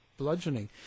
Bludgeoning